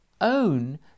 own